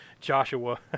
Joshua